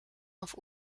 auf